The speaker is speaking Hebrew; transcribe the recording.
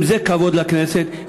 אם זה כבוד לכנסת,